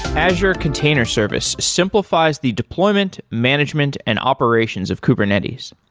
azure container service simplifies the deployment, management and operations of kubernetes.